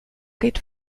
geht